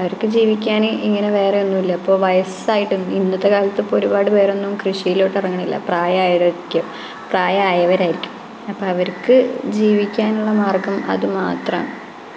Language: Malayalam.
അവർക്ക് ജീവിക്കാന് ഇങ്ങനെ വേറെ ഒന്നുമില്ല ഇപ്പോള് വയസ്സായിട്ടും ഇന്നത്തെ കാലത്തിപ്പോള് ഒരുപാട് പേരൊന്നും കൃഷിയിലോട്ട് ഇറങ്ങുന്നില്ല പ്രായമായവരൊക്കെ പ്രായമായവരായിരിക്കും അപ്പോള് അവർക്ക് ജീവിക്കാനുള്ള മാർഗം അത് മാത്രമാണ്